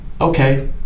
okay